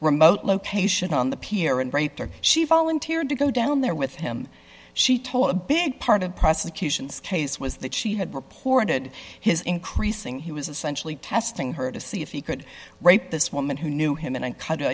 remote location on the pier and raped her she volunteered to go down there with him she told a big part of the prosecution's case was that she had reported his increasing he was essentially testing her to see if he could write this woman who knew him and c